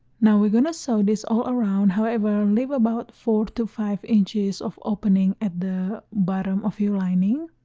now we're gonna sew this all around however leave about four to five inches of opening at the bottom of your lining